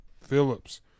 Phillips